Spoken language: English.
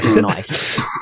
nice